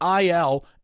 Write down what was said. IL